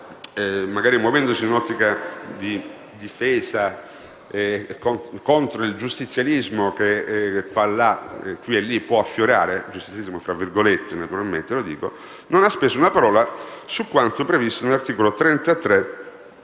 magari in un'ottica di difesa contro il «giustizialismo» che può affiorare, abbia speso una parola su quanto previsto nell'articolo 33 in